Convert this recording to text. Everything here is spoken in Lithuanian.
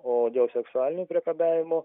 o dėl seksualinio priekabiavimo